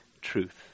truth